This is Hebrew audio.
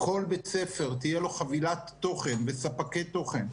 כל בית ספר, תהיה לו חבילת תוכן וספקי תוכן.